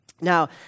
Now